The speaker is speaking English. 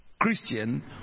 Christian